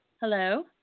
Hello